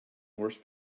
horse